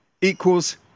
equals